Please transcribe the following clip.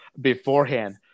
beforehand